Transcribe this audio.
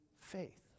faith